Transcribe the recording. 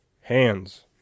hands